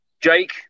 Jake